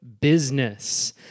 Business